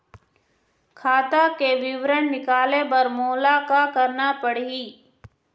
खाता के विवरण निकाले बर मोला का करना पड़ही?